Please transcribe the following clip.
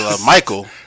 Michael